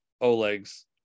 Oleg's